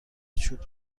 چوب